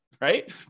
Right